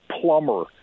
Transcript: plumber